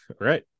right